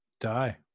die